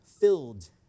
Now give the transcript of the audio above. filled